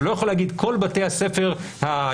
הוא לא יכול להגיד: כל בתי הספר התיכוניים,